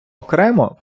окремо